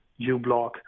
uBlock